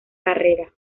carrera